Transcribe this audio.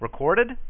recorded